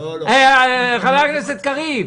חבר הכנסת קריב,